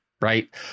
right